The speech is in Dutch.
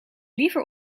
liever